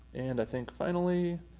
and i think finally,